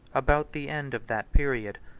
about the end of that period,